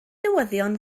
newyddion